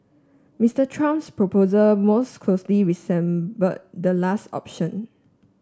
Mister Trump's proposal most closely resemble the last option